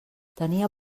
tenia